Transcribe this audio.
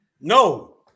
No